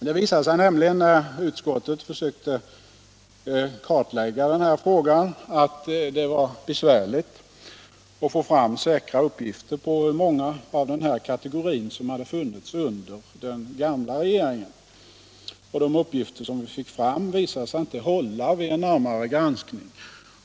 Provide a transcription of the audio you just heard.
Det visade sig nämligen när utskottet försökte kartlägga den här frågan att det var besvärligt att få fram säkra uppgifter på hur många av den här kategorin som funnits under den gamla regeringen. De uppgifter som vi fick fram visade sig inte hålla vid en närmare granskning.